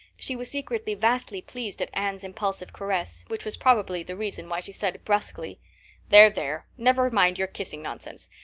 she was secretly vastly pleased at anne's impulsive caress, which was probably the reason why she said brusquely there, there, never mind your kissing nonsense.